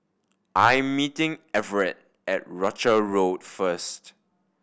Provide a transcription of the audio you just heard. I am meeting Everet at Rochor Road first